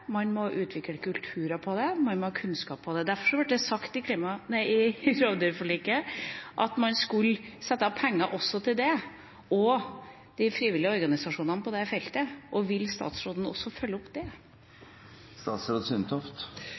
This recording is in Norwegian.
man må utvikle en kultur for det, man må ha kunnskap om det. Derfor ble det i rovdyrforliket sagt at man skulle sette av penger til det og til de frivillige organisasjonene på dette feltet. Vil statsråden også følge opp det?